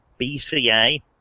BCA